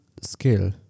skill